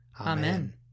Amen